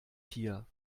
hier